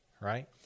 right